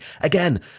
Again